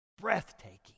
breathtaking